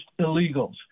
illegals